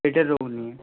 পেটের রোগ নিয়ে